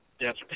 Yes